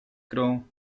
grą